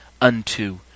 unto